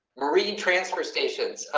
marine transfer stations,